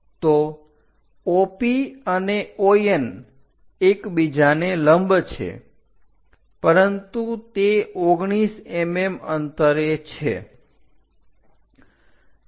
તો OP અને ON એકબીજાને લંબ છે પરંતુ તે 19 mm અંતરે છે